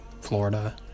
Florida